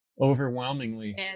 Overwhelmingly